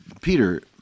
Peter